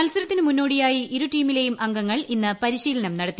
മത്സരത്തിന് മുന്നോടിയായി ് ഇരു ടീമിലേയും അംഗങ്ങൾ ഇന്ന് പരിശീലനം നടത്തി